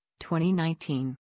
2019